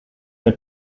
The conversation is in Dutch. met